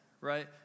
right